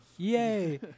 Yay